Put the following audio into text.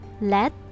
let